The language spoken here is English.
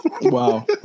wow